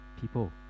people